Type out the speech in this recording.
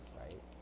right